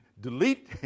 Delete